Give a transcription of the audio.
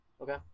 Okay